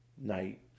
night